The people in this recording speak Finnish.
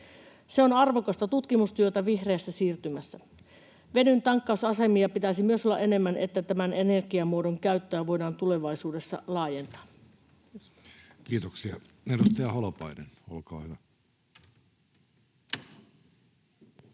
Se on arvokasta tutkimustyötä vihreässä siirtymässä. Vedyn tankkausasemia pitäisi myös olla enemmän, että tämän energiamuodon käyttöä voidaan tulevaisuudessa laajentaa. — Kiitos. Kiitoksia. — Edustaja Holopainen, olkaa hyvä.